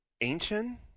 Ancient